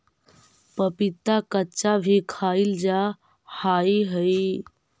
पपीता कच्चा भी खाईल जा हाई हई